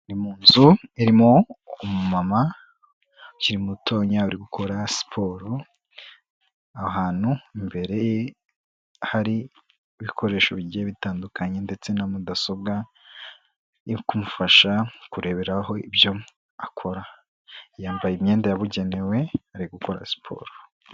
Inzu irimo umumama ukiri mutoya uri gukora siporo ahantu imbere hari ibikoresho bigiye bitandukanye ndetse na mudasobwa yo kumufasha kureberaho ibyo akora yambaye imyenda yabugenewe ari gukora siporo.